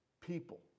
people